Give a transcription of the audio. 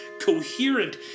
coherent